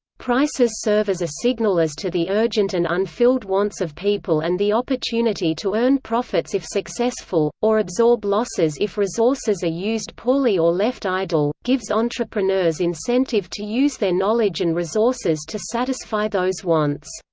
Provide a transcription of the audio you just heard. prices serve as a signal as to the urgent and unfilled wants of people and the opportunity to earn profits if successful, or absorb losses if resources are used poorly or left idle, gives entrepreneurs incentive to use their knowledge and resources to satisfy those wants.